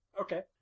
Okay